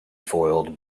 foiled